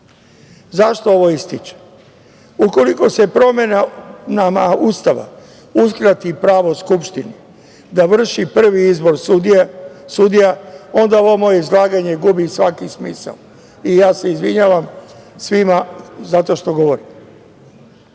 Zašto ovo ističem? Ukoliko se promenama Ustava uskrati pravo Skupštini da vrši prvi izbor sudija, onda ovo moje izlaganje gubi svaki smisao i ja se izvinjavam svima za to što govorim,